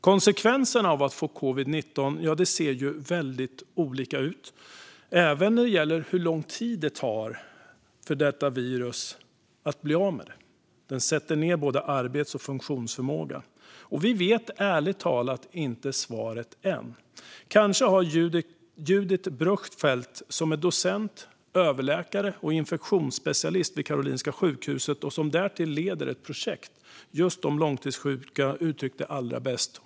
Konsekvenserna av att få covid-19 ser väldigt olika ut, även när det gäller hur lång tid det tar att bli av med detta virus. Det sätter ned både arbets och funktionsförmåga. Vi vet ärligt talat inte svaret än. Kanske har Judith Bruchfeld som är docent, överläkare och infektionsspecialist vid Karolinska sjukhuset, och som därtill leder ett projekt just om långtidssjuka, uttryckt det allra bäst.